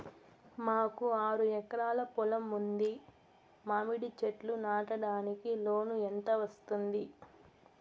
మాకు ఆరు ఎకరాలు పొలం ఉంది, మామిడి చెట్లు నాటడానికి లోను ఎంత వస్తుంది?